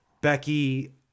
Becky